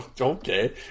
Okay